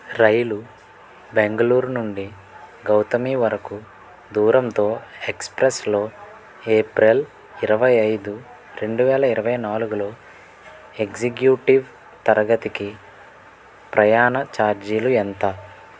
రైలు బెంగళూరు నుండి గౌతమి వరకు దూరంతో ఎక్స్ప్రెస్లో ఏప్రిల్ ఇరవై ఐదు రెండు వేల ఇరవై నాలుగులో ఎగ్జిగ్యూటీవ్ తరగతికి ప్రయాణ ఛార్జీలు ఎంత